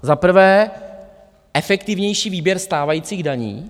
Za prvé, efektivnější výběr stávajících daní.